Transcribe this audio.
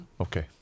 okay